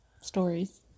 stories